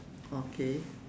okay